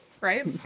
right